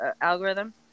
algorithm